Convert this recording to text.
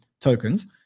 tokens